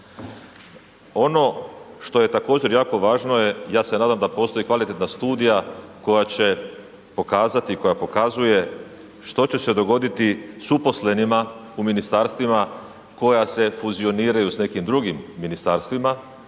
Ono što je također jako važno je, ja se nadam da postoji kvalitetna studija koja će pokazati, koja pokazuje što će se dogoditi s uposlenima u ministarstvima koja se fuzioniraju s nekim drugim ministarstvima.